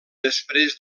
després